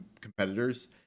competitors